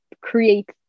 create